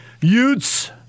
Utes